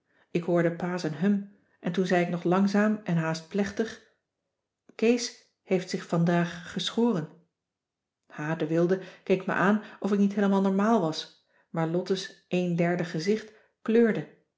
ik hoorde pa z'n hum en toen zei ik nog langzaam en haast plechtig kees heeft zich vandaag geschoren h de wilde keek me aan of ik niet heelemaal normaal was maar lotte's éen derde gezicht kleurde